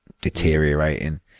deteriorating